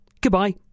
goodbye